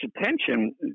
attention